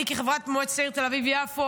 אני כחברת מועצת העיר תל אביב יפו,